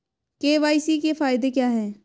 KYC के फायदे क्या है?